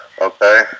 Okay